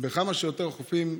שירותי "חופיקס" בכמה שיותר חופים,